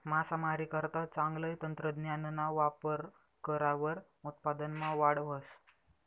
मासामारीकरता चांगलं तंत्रज्ञानना वापर करावर उत्पादनमा वाढ व्हस